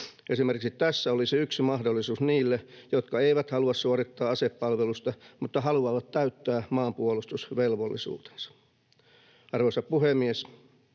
Esimerkiksi tässä olisi yksi mahdollisuus niille, jotka eivät halua suorittaa asepalvelusta mutta haluavat täyttää maanpuolustusvelvollisuutensa. Arvoisa puhemies!